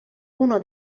uno